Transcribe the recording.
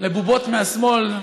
לבובות מהשמאל,